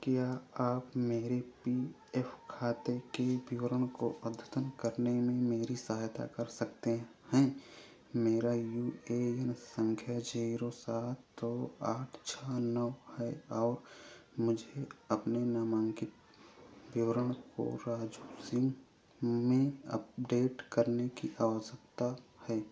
क्या आप मेरे पी एफ खाते के विवरण को अद्यतन करने में मेरी सहायता कर सकते हैं मेरा यू ए एन संख्या जीरो सात दो आठ छह नौ है और मुझे अपने मनोंकीत विवरण को में अपडेट करने की आवश्यकता है